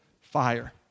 fire